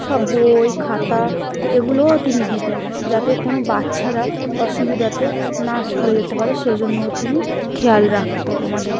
সব বই খাতা এগুলোও তিনি দিতেন যাতে কোনো বাচ্চারা অসুবিধাতে না স্কুলে যেতে পারে সেজন্যও তিনি খেয়াল রাখত আমাদের